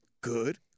good